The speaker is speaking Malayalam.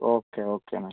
ഓക്കെ ഓക്കെ എന്നാൽ